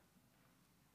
נתקבל.